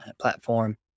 platform